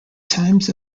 times